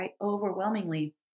Overwhelmingly